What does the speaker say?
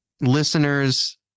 listeners